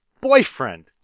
boyfriend